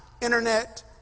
Internet